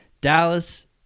Dallas